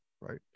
Right